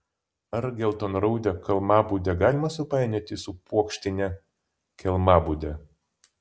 ar geltonraudę kelmabudę galima supainioti su puokštine kelmabude